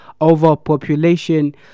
overpopulation